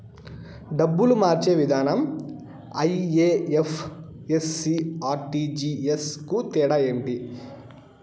డబ్బులు మార్చే విధానం ఐ.ఎఫ్.ఎస్.సి, ఆర్.టి.జి.ఎస్ కు తేడా ఏమి?